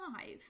five